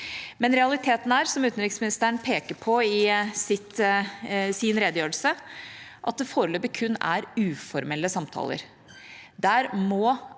er realiteten, som utenriksministeren peker på i sin redegjørelse, at det foreløpig kun er uformelle samtaler.